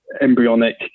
embryonic